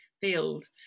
field